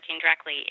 directly